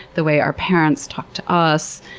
the way our parents talked us,